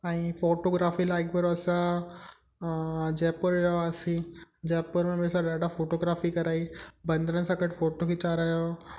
ऐं फ़ोटोग्राफ़ी लाइ हिकु भेरो असां जयपुर विया हुआसीं जयपुर में बि असां फ़ोटोग्राफ़ी कराई बंदरनि सां गॾु फ़ोटो खिचराया